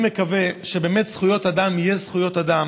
אני מקווה שבאמת זכויות אדם יהיו זכויות אדם.